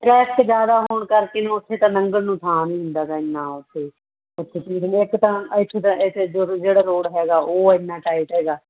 traffic ਜ਼ਿਆਦਾ ਹੋਣ ਕਰਕੇ ਵੀ ਉੱਥੇ ਤਾਂ ਲੰਘਣ ਨੂੰ ਥਾਂ ਨਹੀਂ ਹੁੰਦਾ ਤਾਂ ਇੰਨਾ ਉੱਥੇ ਉੱਥੇ ਭੀੜ ਹੁੰਦੀ ਇੱਕ ਤਾਂ ਇੱਥੇ ਦਾ ਇੱਥੇ ਜਿਹੜਾ ਰੋਡ ਹੈਗਾ ਉਹ ਇੰਨਾ ਟਾਈਟ ਹੈਗਾ